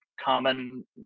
common